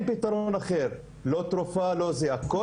לא תרופה ולא טיפול.